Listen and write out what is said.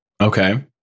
okay